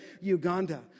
Uganda